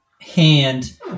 hand